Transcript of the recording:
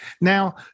Now